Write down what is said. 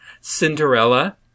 Cinderella